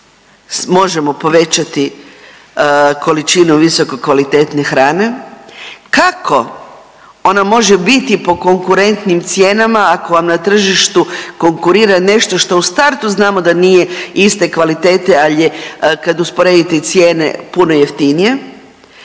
možemo povećati količinu visoko kvalitetne hrane, kako ona može biti po konkurentnim cijenama ako vam na tržištu konkurira nešto što u startu znamo da nije iste kvalitete, ali je kad usporedite cijene puno jeftinije.